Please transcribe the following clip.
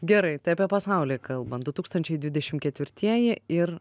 gerai tai apie pasaulį kalbant du tūkstančiai dvidešim ketvirtieji ir